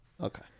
Okay